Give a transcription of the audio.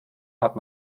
hat